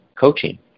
coaching